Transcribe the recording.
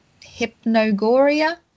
Hypnogoria